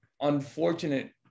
unfortunate